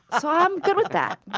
so i'm good with that.